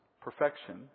perfection